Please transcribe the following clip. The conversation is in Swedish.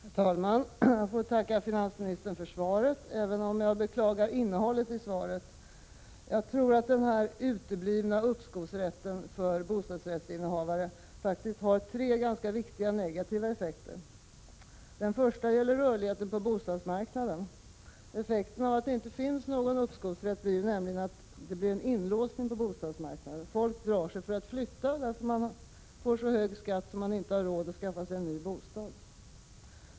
Herr talman! Jag får tacka finansministern för svaret, även om jag beklagar innehållet i svaret. Att uppskovsrätt för bostadsrättsinnehavare uteblir får enligt min mening tre ganska viktiga negativa effekter. Den första gäller rörligheten på bostadsmarknaden. En effekt av att det inte finns någon uppskovsrätt är nämligen att det blir en inlåsning på bostadsmarknaden. Folk drar sig för att flytta, därför att de får så hög skatt att de inte har råd att skaffa sig en ny bostad.